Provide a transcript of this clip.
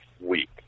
week